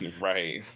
right